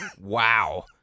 Wow